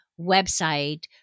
website